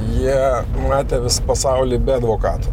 jie matė visą pasaulį be advokatų